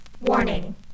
Warning